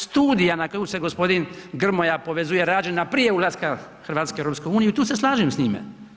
Studija na koju se g. Grmoja povezuje, rađena prije ulaska Hrvatske u EU i tu se slažem s time.